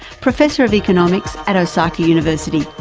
professor of economics at osaka university.